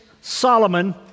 Solomon